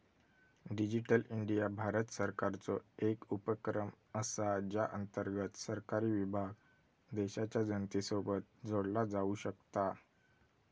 digital India Bharat सरकारचो एक उपक्रम असा ज्या अंतर्गत सरकारी विभाग देशाच्या जनतेसोबत जोडला जाऊ शकता